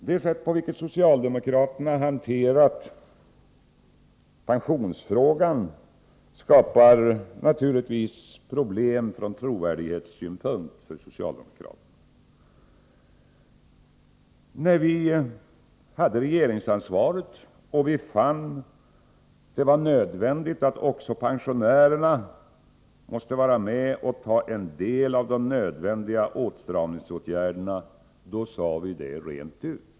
Det sätt på vilket socialdemokraterna hanterat pensionsfrågan skapar naturligtvis problem för socialdemokraterna ur trovärdighetssynpunkt. När vi hade regeringsansvaret och fann det vara nödvändigt att också pensionärerna måste vara med och ta följderna av en del av de nödvändiga åtstramningsåtgärderna, sade vi det rent ut.